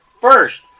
first